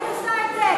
אני עושה את זה?